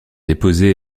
déposées